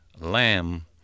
Lamb